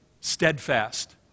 steadfast